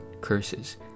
curses